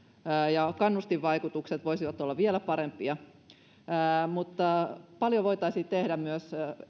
ja kannustinvaikutukset voisivat olla vielä parempia mutta paljon voitaisiin tehdä myös